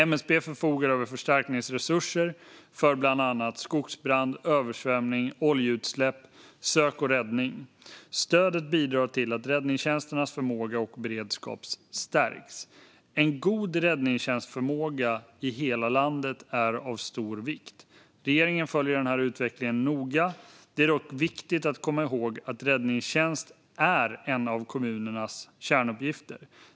MSB förfogar över förstärkningsresurser för bland annat skogsbrand, översvämning, oljeutsläpp, sök och räddning. Stödet bidrar till att räddningstjänsternas förmåga och beredskap stärks. En god räddningstjänstförmåga i hela landet är av stor vikt. Regeringen följer utvecklingen noga. Det är dock viktigt att komma ihåg att räddningstjänst är en av kommunernas kärnuppgifter.